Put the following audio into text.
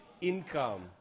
income